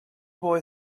boy